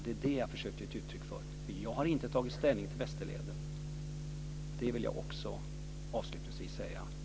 Det är detta jag försöker ge uttryck för. Jag har inte tagit ställning till Västerleden, det vill jag avslutningsvis säga.